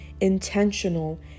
intentional